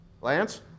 Lance